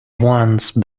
once